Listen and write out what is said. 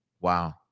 Wow